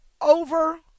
over